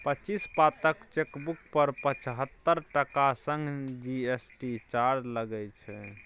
पच्चीस पातक चेकबुक पर पचहत्तर टका संग जी.एस.टी चार्ज लागय छै